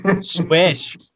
Swish